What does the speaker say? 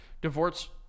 divorce